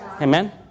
amen